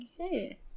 Okay